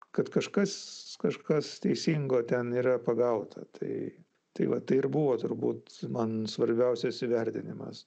kad kažkas kažkas teisingo ten yra pagauta tai tai va tai ir buvo turbūt man svarbiausias įvertinimas